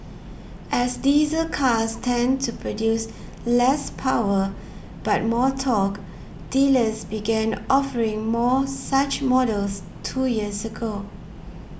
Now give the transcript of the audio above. as diesel cars tend to produce less power but more torque dealers began offering more such models two years ago